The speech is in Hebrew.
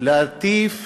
להטיף